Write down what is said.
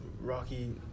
Rocky